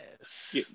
yes